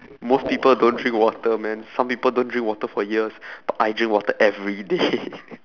most people don't drink water man some people don't drink water for years but I drink water everyday